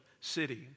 city